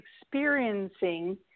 experiencing